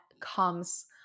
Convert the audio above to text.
comes